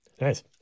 Nice